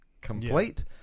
complete